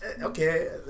Okay